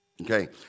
Okay